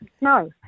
No